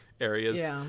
areas